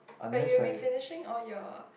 but you will be finishing all your